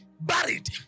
buried